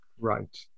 Right